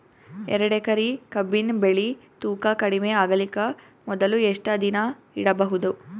ಎರಡೇಕರಿ ಕಬ್ಬಿನ್ ಬೆಳಿ ತೂಕ ಕಡಿಮೆ ಆಗಲಿಕ ಮೊದಲು ಎಷ್ಟ ದಿನ ಇಡಬಹುದು?